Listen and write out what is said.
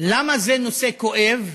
למה זה נושא כואב?